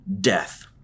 death